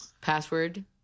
Password